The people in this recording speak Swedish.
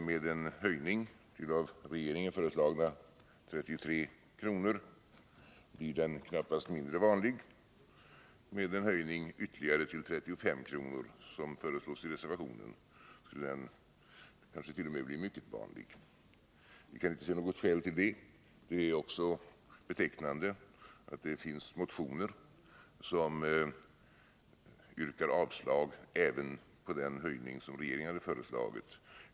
Med en höjning till 33 kr., som föreslagits av regeringen, blir den knappast mindre vanlig, men med en ytterligare höjning till 35 kr., som föreslagits i reservationen, skulle denna effekt kansket.o.m. bli mycket vanlig. Vi kan inte se något skäl att verka för detta. Det är också betecknande att det finns motioner där det yrkas avslag även på den höjning som föreslagits av regeringen.